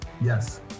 Yes